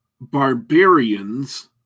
barbarians